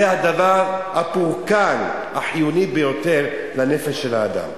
זה הפורקן החיוני ביותר לנפש האדם.